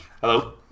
Hello